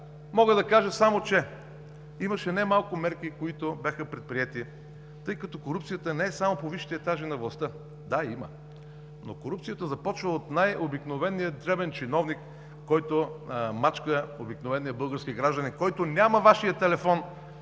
Мога да кажа, че имаше немалко мерки, които бяха предприети, тъй като корупцията не е само по висшите етажи на властта. Да, има, но корупцията започва от най-обикновения дребен чиновник, който мачка обикновения български гражданин, който няма Вашия телефон